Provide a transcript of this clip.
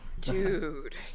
Dude